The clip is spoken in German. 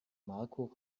marco